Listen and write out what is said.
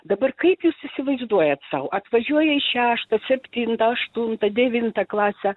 dabar kaip jūs įsivaizduojat sau atvažiuoja į šeštą septintą aštuntą devintą klasę